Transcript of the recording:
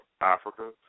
Africa